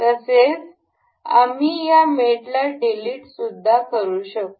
तसेच आम्ही या मेटला डिलिट सुद्धा करू शकतो